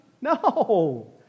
No